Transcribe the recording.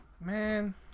man